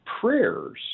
prayers